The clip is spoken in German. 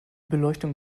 beleuchtung